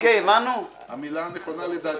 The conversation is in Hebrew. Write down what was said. המילה הנכונה, לטעמי,